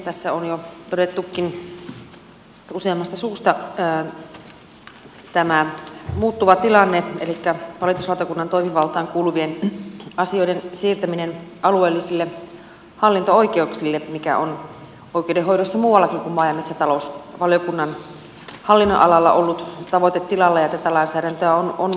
tässä on jo todettukin useammasta suusta tämä muuttuva tilanne elikkä valituslautakunnan toimivaltaan kuuluvien asioiden siirtäminen alueellisille hallinto oikeuksille mikä on oikeudenhoidossa muuallakin kuin maa ja metsätalousvaliokunnan hallinnonalalla ollut tavoitetilalla ja tätä lainsäädäntöä on muutettukin